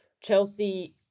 Chelsea